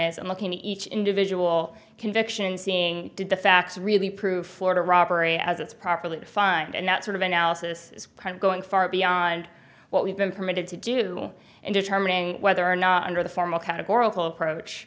i'm looking at each individual conviction seeing did the facts really proof florida robbery as it's properly defined and that sort of analysis is going far beyond what we've been permitted to do in determining whether or not under the formal categorical approach